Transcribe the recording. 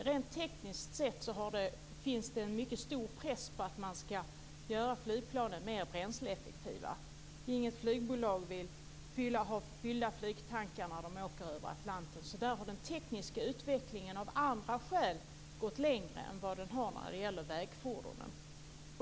Rent tekniskt sett finns det en mycket stor press på att man ska göra flygplanen mer bränsleeffektiva. Inget flygbolag vill ha fyllda bränsletankar när de åker över Atlanten. Där har den tekniska utvecklingen av andra skäl gått längre än vad den har när det gäller vägfordonen.